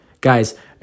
Guys